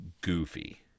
goofy